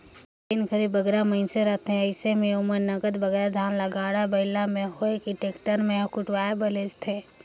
जेन घरे बगरा मइनसे रहथें अइसे में ओमन नगद बगरा धान ल गाड़ा बइला में होए कि टेक्टर में होए कुटवाए बर लेइजथें